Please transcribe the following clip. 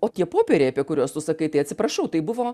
o tie popieriai apie kuriuos tu sakai tai atsiprašau tai buvo